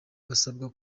basabwa